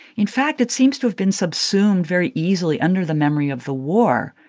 in fact, it seems to have been subsumed very easily under the memory of the war.